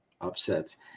upsets